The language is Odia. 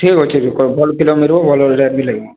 ଠିକ ଅଛି